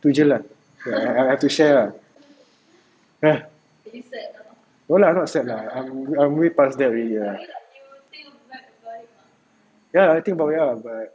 tu jer lah I I have to share lah ah no lah not sad lah I I'm I'm way past that already lah ya lah I think about it lah but